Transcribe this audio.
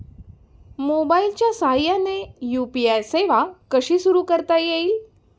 मोबाईलच्या साहाय्याने यू.पी.आय सेवा कशी सुरू करता येईल?